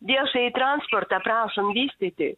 viešąjį transportą prašom vystyti